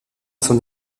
son